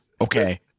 okay